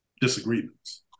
disagreements